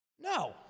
No